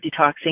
detoxing